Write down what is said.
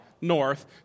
north